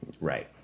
right